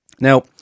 Now